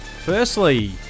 Firstly